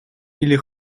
или